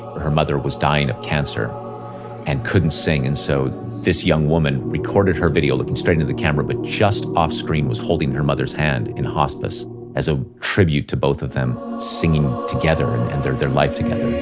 her mother was dying of cancer and couldn't sing. and so this young woman recorded her video looking straight into the camera but just off screen was holding her mother's hand in hospice as a tribute to both of them singing together, and their their life together